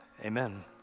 Amen